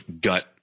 gut